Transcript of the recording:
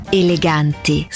eleganti